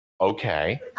okay